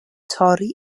torri